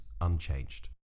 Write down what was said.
unchanged